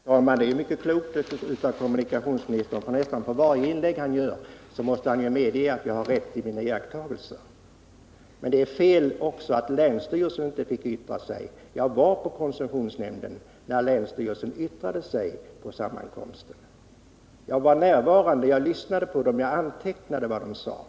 Herr talman! Det är mycket klokt av kommunikationsministern, för i nästan varje inlägg han gör måste han ju medge att jag har rätt i mina iakttagelser. Det är fel att säga att länsstyrelsen inte fick yttra sig. Jag var närvarande vid sammankomsten hos koncessionsnämnden när länsstyrelsen yttrade sig, jag lyssnade och jag antecknade vad som sades.